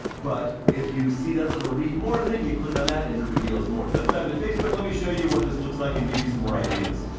but if you see that little read more thing, you click on that and it reveals more. let's dive into facebook. let me show you what this looks like and give you some more ideas.